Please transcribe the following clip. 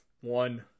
one